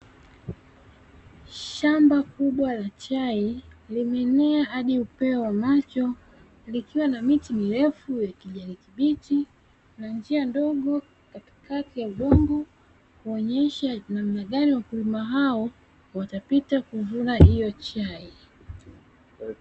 Shamba kubwa la chai limemea hadi upeo wa macho likiwa na miti mirefu ya kijani kibichi na njia ndogo katikati ya udongo, kuonyesha namna gani wakulima hao watapita kuvuna hiyo chai.